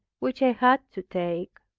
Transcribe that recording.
which i had to take.